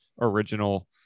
original